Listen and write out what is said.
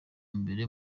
mbere